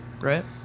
right